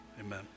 Amen